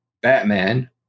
Batman